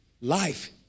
life